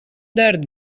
درد